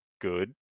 good